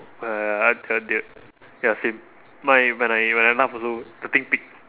ah ya same my when I when I laugh also the thing peak